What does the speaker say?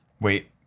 Wait